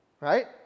right